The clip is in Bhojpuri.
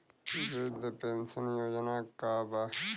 वृद्ध पेंशन योजना का बा?